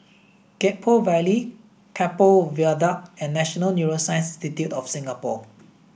Gek Poh Ville Keppel Viaduct and National Neuroscience Institute of Singapore